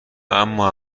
اما